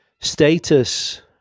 status